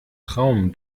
traum